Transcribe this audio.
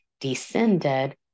descended